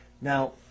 Now